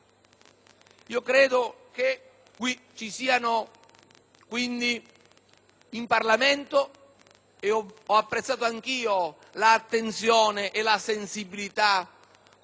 in Parlamento (ed ho apprezzato anch'io l'attenzione e la sensibilità con la quale quest'Aula ha partecipato al dibattito) tutte le risorse